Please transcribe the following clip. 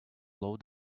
low